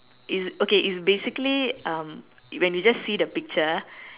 it's okay it's basically uh when you just see the picture